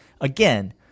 again